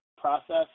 process